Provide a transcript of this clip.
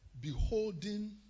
beholding